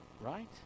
Right